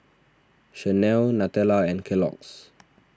Chanel Nutella and Kellogg's